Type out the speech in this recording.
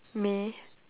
may